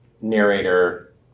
narrator